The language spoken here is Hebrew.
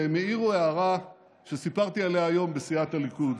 והם העירו הערה שסיפרתי עליה בסיעת הליכוד.